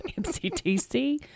MCTC